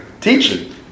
teaching